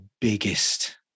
biggest